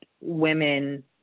women